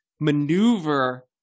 maneuver